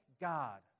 God